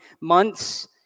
months